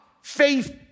faith